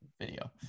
video